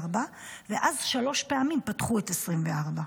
ואז שלוש פעמים פתחו את 2024,